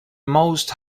most